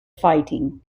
fighting